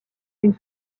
une